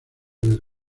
del